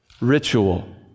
ritual